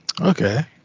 Okay